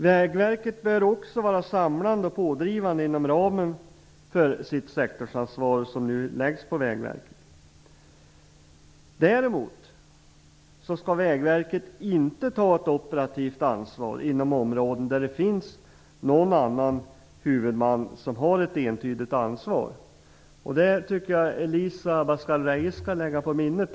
Vägverket bör vidare vara samlande och pådrivande inom ramen för det sektorsansvar som nu läggs på Vägverket. Däremot skall Vägverket inte ta operativt ansvar inom områden där det finns annan huvudman som har ett entydigt ansvar. Det tycker jag att Elisa Abascal Reyes skall lägga på minnet.